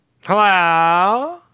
Hello